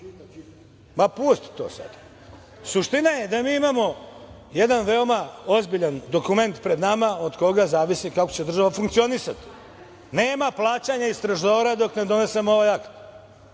verujte mi. Suština je da mi imamo jedan veoma ozbiljan dokument pred nama od koga zavisi kako će država funkcionisati. Nema plaćanja iz trezora dok ne donesemo ovaj akt,